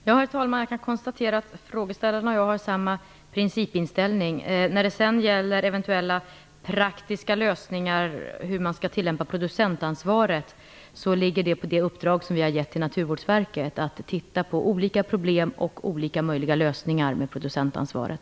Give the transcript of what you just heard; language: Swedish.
Herr talman! Jag konstaterar att frågeställarna och jag har samma principinställning. När det gäller eventuella praktiska lösningar - hur producentansvaret skall tillämpas - så ligger det i det uppdrag som vi har gett Naturvårdsverket, nämligen att titta på olika problem och olika möjliga lösningar med producentansvaret.